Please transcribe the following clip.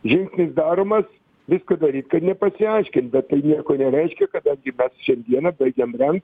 žingsnis daromas viską daryt kad nepasiaiškint bet tai nieko nereiškia kadangi mes šiandieną baigiam rengt